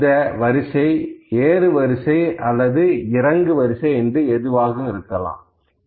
இந்த வரிசை ஏறு வரிசை அல்லது இறங்கு வரிசை என்று எதுவாகவும் இருக்கலாம்